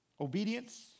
Obedience